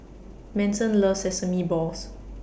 Manson loves Sesame Balls